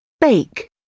Bake